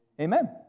Amen